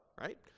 right